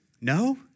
No